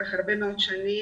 לאורך הרבה מאוד שנים.